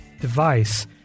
device